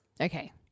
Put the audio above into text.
Okay